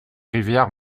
rivière